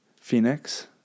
Phoenix